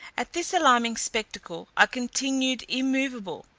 at this alarming spectacle i continued immoveable,